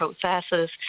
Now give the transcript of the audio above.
processes